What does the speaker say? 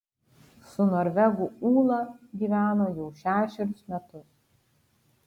su norvegu ūla gyveno jau šešerius metus